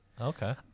Okay